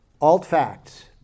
alt-facts